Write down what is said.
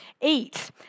eat